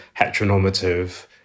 heteronormative